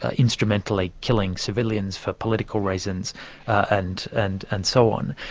ah instrumentally killing civilians for political reasons and and and so on.